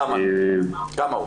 כמה הוא?